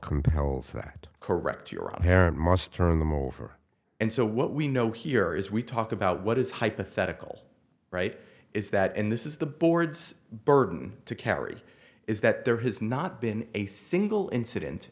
compels that correct you're right there and must turn them over and so what we know here is we talk about what is hypothetical right is that and this is the board's burden to carry is that there has not been a single incident